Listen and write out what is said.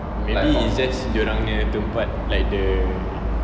maybe it's just dorangnya tempat like the